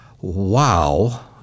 wow